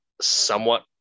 somewhat